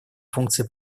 функции